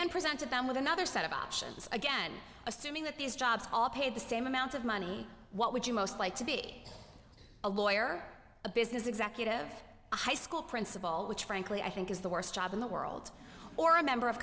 then presented them with another set of options again assuming that these jobs all paid the same amount of money what would you most like to be a lawyer a business executive a high school principal which frankly i think is the worst job in the world or a member of